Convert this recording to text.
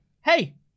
Hey